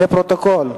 לפרוטוקול,